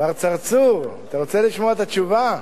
מר צרצור, אתה רוצה לשמוע את התשובה?